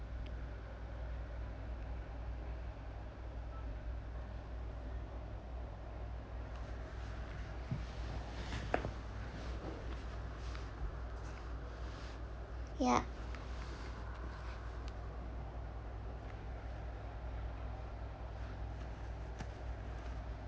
ya